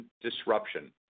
disruption